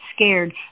scared